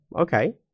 Okay